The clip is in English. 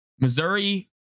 Missouri